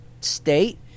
state